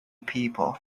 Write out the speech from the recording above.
people